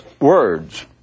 words